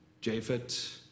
Japheth